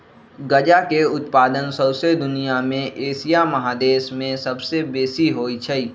गजा के उत्पादन शौसे दुनिया में एशिया महादेश में सबसे बेशी होइ छइ